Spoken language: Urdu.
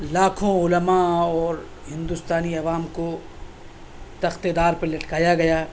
لاکھوں عُلماء اور ہندوستانی عوام کو تختِ دار پر لٹکایا گیا